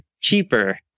cheaper